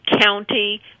county